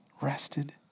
rested